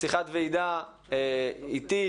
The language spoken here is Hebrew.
שיחת ועידה איתי,